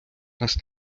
вас